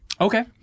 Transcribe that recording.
Okay